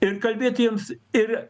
ir kalbėti jiems ir